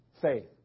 Faith